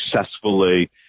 successfully